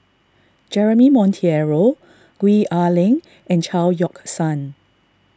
Jeremy Monteiro Gwee Ah Leng and Chao Yoke San